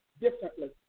differently